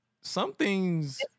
Something's